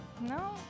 no